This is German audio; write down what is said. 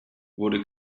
wurde